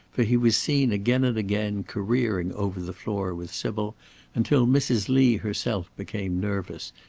for he was seen again and again careering over the floor with sybil until mrs. lee herself became nervous,